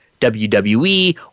wwe